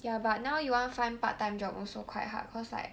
ya but now you want find part time job also quite hard cause like